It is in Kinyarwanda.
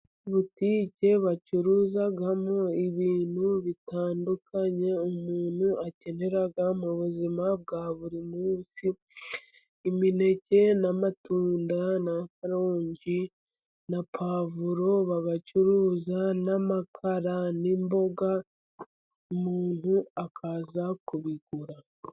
Butike bacuruyuruzamo ibintu bitandukanye umuntu akenera mu buzima bwa buri munsi, imineke n'amatunda, n'amaronji, na puwavuro, babacuruza n'amakara n'imboga, umuntu akaza kubigura.